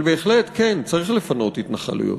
אבל בהחלט כן, צריך לפנות התנחלויות.